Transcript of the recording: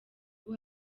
ubu